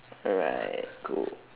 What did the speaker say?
alright cool